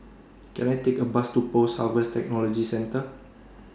Can I Take A Bus to Post Harvest Technology Centre